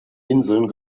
inseln